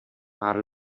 pár